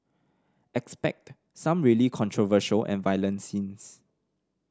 expect some really controversial and violent scenes